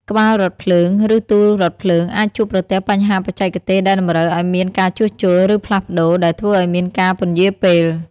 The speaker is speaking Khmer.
ក្បាលរថភ្លើង ឬទូរថភ្លើងអាចជួបប្រទះបញ្ហាបច្ចេកទេសដែលតម្រូវឱ្យមានការជួសជុល ឬផ្លាស់ប្តូរ ដែលធ្វើឱ្យមានការពន្យារពេល។